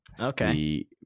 okay